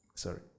Sorry